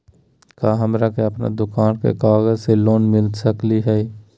का हमरा के अपन दुकान के कागज से लोन मिलता सकली हई?